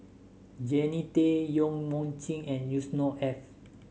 Jannie Tay Yong Mun Chee and Yusnor Ef